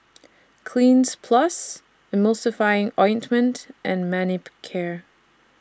Cleanz Plus Emulsying Ointment and Manicare